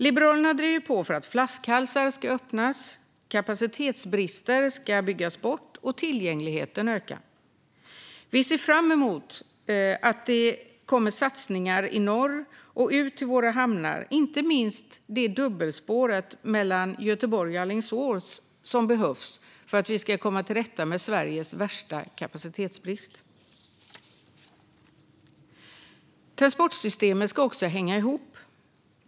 Liberalerna har drivit på för att flaskhalsar ska öppnas, för att kapacitetsbrister ska byggas bort och för att tillgängligheten ska öka. Vi ser fram emot att det kommer satsningar i norr och ut till våra hamnar, inte minst det dubbelspår mellan Göteborg och Alingsås som behövs för att komma till rätta med Sveriges värsta kapacitetsbrist. Transportsystemet ska också hänga ihop.